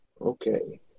okay